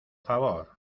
favor